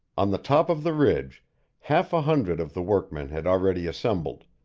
on the top of the ridge half a hundred of the workmen had already assembled,